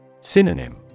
Synonym